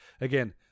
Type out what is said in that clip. Again